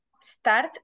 start